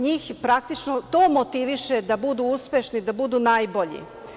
Njih praktično to motiviše da budu uspešni, da budu najbolji.